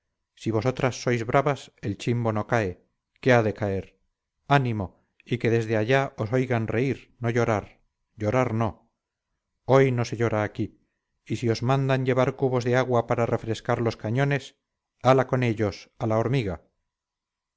si vosotras sois bravas el chimbo no cae qué ha de caer ánimo y que desde allá os oigan reír no llorar llorar no hoy no se llora aquí y si os mandan llevar cubos de agua para refrescar los cañones hala con ellos a la hormiga